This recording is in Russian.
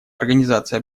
организация